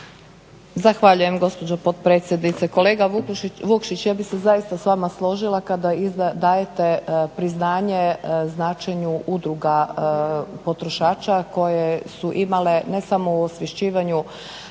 Zahvaljujem gospođo potpredsjednice. Kolega Vukšić ja bi se zaista s vama složila kada dajete priznanje značenju udruga potrošača koje su imale ne samo u osvješćivanju